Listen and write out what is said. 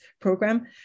program